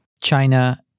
China